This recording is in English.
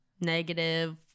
negative